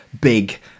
big